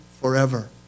forever